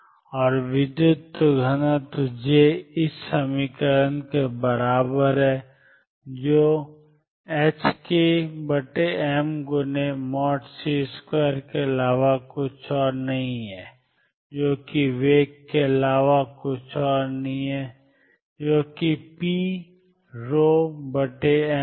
और विद्युत घनत्व j2miCe ikx∂Ceikx∂x Ceikx∂xCe ikx जो ℏkmC2 के अलावा और कुछ नहीं है जो कि वेग के अलावा और कुछ नहीं है जो कि pm ρ है